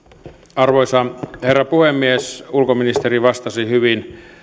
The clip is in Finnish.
arvoisa herra puhemies ulkoministeri vastasi hyvin